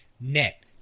net